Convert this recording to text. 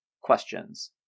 questions